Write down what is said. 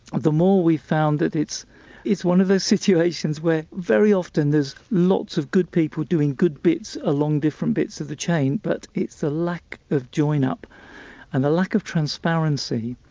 the more we've found that it's it's one of those situations where very often there's lots of good people doing good bits along different bits of the chain but it's the lack of join up and the lack of transparency,